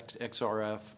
XRF